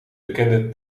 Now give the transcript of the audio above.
bekende